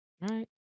Right